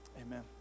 Amen